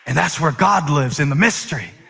and that's where god lives in the mystery.